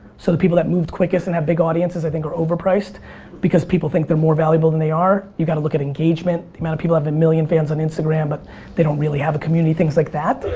so the people that moved quickest and have big audiences i think are overpriced because people think they're more valuable then they are. you got to look at engagement. the amount of people that have a million followers on instagram but they don't really have a community. things like that.